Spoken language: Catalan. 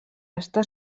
està